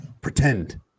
pretend